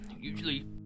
usually